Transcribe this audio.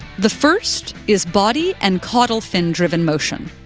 the first is body and caudal fin driven motion,